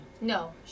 No